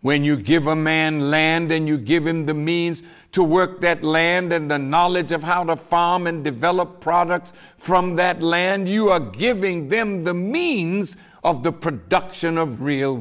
when you give a man land then you given the means to work that land then the knowledge of how to farm and develop products from that land you are giving them the means of the production of real